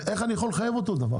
אפשר לחייב אותו דבר כזה?